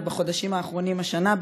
ובחודשים האחרונים השנה,